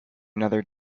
another